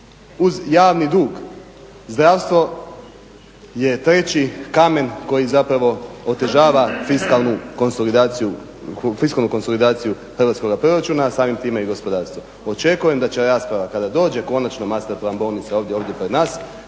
uz javni dug, zdravstvo je treći kamen koji zapravo otežava fiskalnu konsolidaciju Hrvatskoga proračuna a samim time i gospodarstva. Očekujem da će rasprava kada dođe konačno master plan bolnica ovdje pred nas